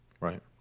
Right